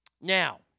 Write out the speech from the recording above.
Now